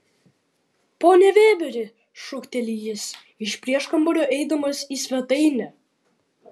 pone vėberi šūkteli jis iš prieškambario eidamas į svetainę